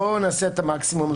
בואו נעשה את המקסימום.